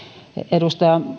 edustaja